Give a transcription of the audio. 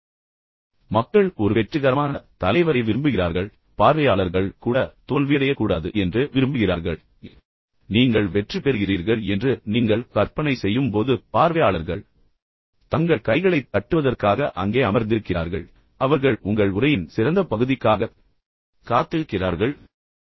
பின்னர் மக்கள் ஒரு வெற்றிகரமான தலைவரை விரும்புகிறார்கள் ஏனென்றால் பார்வையாளர்கள் கூட தோல்வியடையக்கூடாது என்று விரும்புகிறார்கள் நீங்கள் வெற்றி பெறுகிறீர்கள் என்று நீங்கள் கற்பனை செய்யும் போது பார்வையாளர்கள் உண்மையில் தங்கள் கைகளைத் தட்டுவதற்காக அங்கே அமர்ந்திருக்கிறார்கள் அவர்கள் உங்கள் உரையின் சிறந்த பகுதிக்காகக் காத்திருக்கிறார்கள் அவர்கள் உங்களைப் பாராட்ட விரும்புகிறார்கள் அவர்கள் உங்களை விமர்சிக்க அங்கு இல்லை